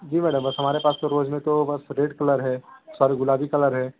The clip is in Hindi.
जी मैडम हमारे पास तो रोज में तो बस रेड कलर है सारे गुलाबी कलर है